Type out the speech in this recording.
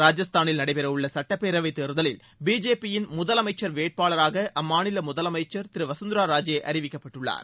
ராஜஸ்தானில் நடைபெறவுள்ள சட்டப்பேரவை தேர்தலில் பிஜேபியின் முதலமைச்சர் வேட்பாளராக அம்மாநில முதலமைச்சர் திரு வசுந்தரா ராஜே அறிவிக்கப்பட்டுள்ளார்